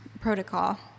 protocol